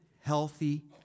healthy